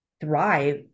thrive